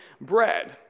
bread